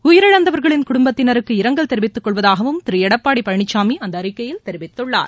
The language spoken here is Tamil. உயிரிழந்தவர்களின் குடும்பத்தினருக்கு இரங்கல் தெரிவித்துக் கொள்வதாகவும் திரு எடப்பாடி பழனிசாமி அந்த அறிக்கையில் தெரிவித்துள்ளார்